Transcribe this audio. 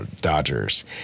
Dodgers